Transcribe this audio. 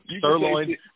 sirloin